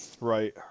right